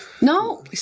no